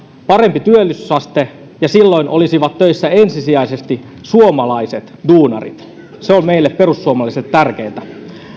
parempi työllisyysaste ja silloin olisivat töissä ensisijaisesti suomalaiset duunarit se on meille perussuomalaisille tärkeintä